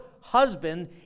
husband